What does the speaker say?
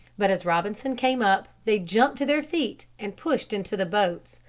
but as robinson came up they jumped to their feet and pushed into the boats,